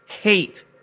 hate